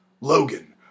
Logan